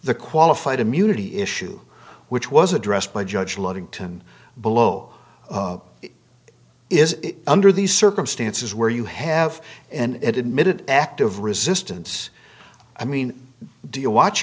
the qualified immunity issue which was addressed by judge ludington below is it under these circumstances where you have and it admitted active resistance i mean do you watch